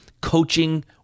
coaching